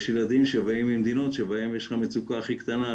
יש ילדים שבאים ממדינות שבהן יש לך מצוקה כי קטנה,